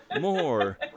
more